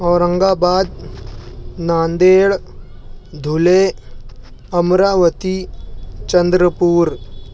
اورنگ آباد ناندیڑ دھلے امراوتی چندرپور